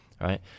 right